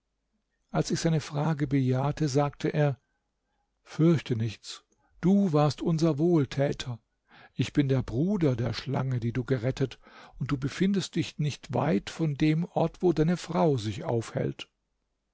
als ich seine frage bejahte sagte er fürchte nichts du warst unser wohltäter ich bin der bruder der schlange die du gerettet und du befindest dich nicht weit von dem ort wo deine frau sich aufhält